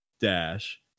dash